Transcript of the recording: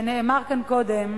נאמר כאן קודם,